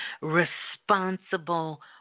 responsible